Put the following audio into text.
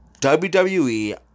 WWE